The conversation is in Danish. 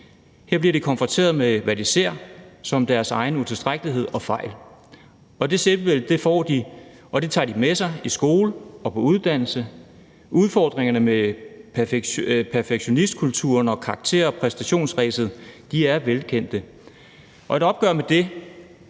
Her bliver de konfronteret med, hvad de ser som deres egen utilstrækkelighed og fejl. Det selvbillede får de, og det tager de med sig i skole og på uddannelse. Udfordringerne med perfekthedskulturen og karakter- og præstationsræset er velkendte, og et opgør med det